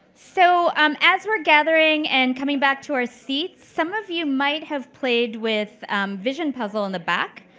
so um as we're gathering and coming back to our seats, some of you might have played with vision puzzle in the back.